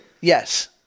Yes